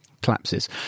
collapses